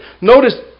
Notice